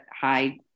high